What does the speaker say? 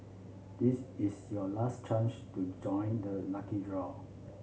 this is your last chance to join the lucky draw